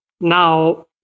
now